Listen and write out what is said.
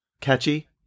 Catchy